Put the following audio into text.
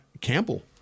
Campbell